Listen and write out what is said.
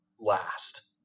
last